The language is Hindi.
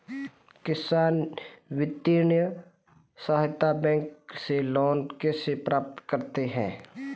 किसान वित्तीय सहायता बैंक से लोंन कैसे प्राप्त करते हैं?